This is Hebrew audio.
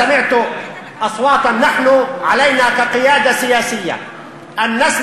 שמעתי קולות שאנחנו בהנהגה הפוליטית צריכים